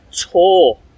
tour